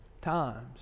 times